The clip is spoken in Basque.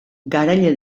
garaile